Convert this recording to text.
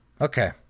Okay